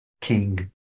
king